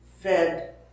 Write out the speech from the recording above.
fed